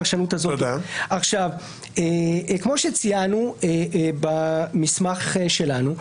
כמו שציינו במסמך שלנו,